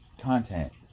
content